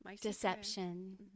deception